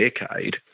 decade